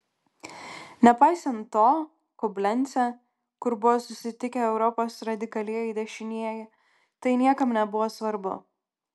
nepaisant to koblence kur buvo susitikę europos radikalieji dešinieji tai niekam nebuvo svarbu